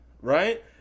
Right